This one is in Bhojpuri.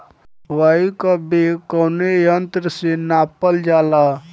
वायु क वेग कवने यंत्र से नापल जाला?